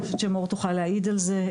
אני חושבת שמור תוכל להעיד על זה,